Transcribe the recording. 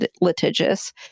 litigious